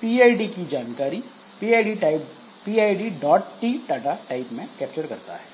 PID की जानकारी PIDT data type में कैप्चर करता है